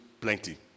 plenty